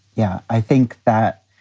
yeah. i think that